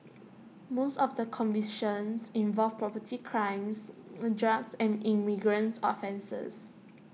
most of the convictions involved property crimes drugs and immigrates offences